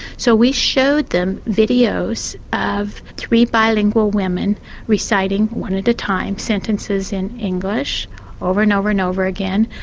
so we showed them videos of three bilingual women reciting one at a time sentences in english over and over and over again,